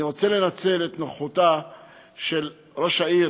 אני רוצה לנצל את נוכחותה של ראש העיר